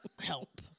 help